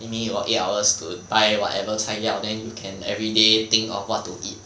give me for eight hours to buy whatever 材料 then you can everyday think of what to eat